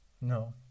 no